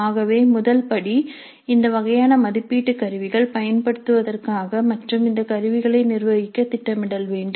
ஆகவே முதல் படி இந்த வகையான மதிப்பீட்டுக் கருவிகள் பயன்படுத்துவதற்காக மற்றும் இந்த கருவிகளை நிர்வகிக்க திட்டமிட வேண்டும்